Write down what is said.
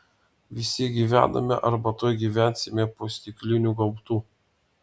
visi gyvename arba tuoj gyvensime po stikliniu gaubtu